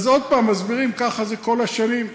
אז עוד פעם, מסבירים, ככה זה כל השנים.